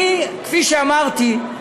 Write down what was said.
כפי שאמרתי,